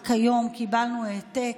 רק היום קיבלנו העתק,